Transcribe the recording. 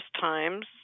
times